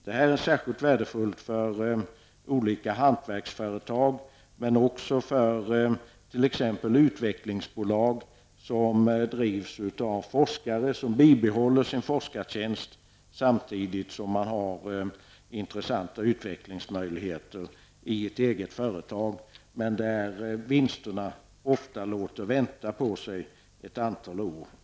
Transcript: Det är särskilt värdefullt för olika hantverksföretag men också för t.ex. utvecklingsbolag som drivs av forskare som bibehåller sin forskartjänst samtidigt som de har intressanta utvecklingsmöjligheter i ett eget företag, där dock vinsterna ofta låter vänta på sig ett antal år.